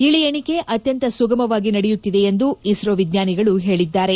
ಇಳಿ ಎಣಿಕೆ ಅತ್ಯಂತ ಸುಗಮವಾಗಿ ನಡೆಯುತ್ತಿದೆ ಎಂದು ಇಸ್ರೋ ವಿಜ್ಞಾನಿಗಳು ಹೇಳಿದ್ದಾರೆ